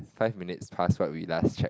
five minutes past what we last check